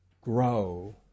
grow